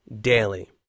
daily